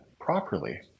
properly